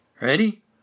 Ready